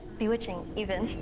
bewitching even.